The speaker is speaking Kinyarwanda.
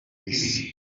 issa